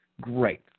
Great